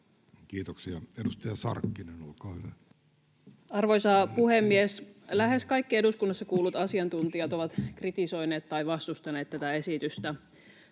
Kiitoksia. — Edustaja Sarkkinen, olkaa hyvä. Arvoisa puhemies! Lähes kaikki eduskunnassa kuullut asiantuntijat ovat kritisoineet tai vastustaneet tätä esitystä.